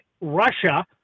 russia